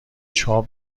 چاپ